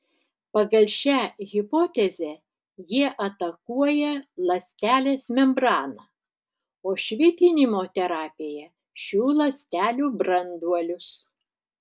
pagal šią hipotezę jie atakuoja ląstelės membraną o švitinimo terapija šių ląstelių branduolius